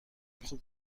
خوب